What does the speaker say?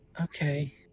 Okay